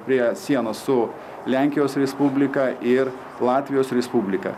prie sienos su lenkijos respublika ir latvijos respublika